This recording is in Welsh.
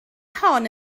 hon